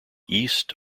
east